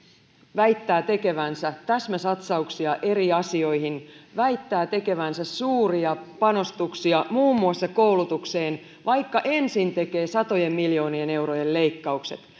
väittää tekevänsä täsmäsatsauksia eri asioihin väittää tekevänsä suuria panostuksia muun muassa koulutukseen vaikka ensin tekee satojen miljoonien eurojen leikkaukset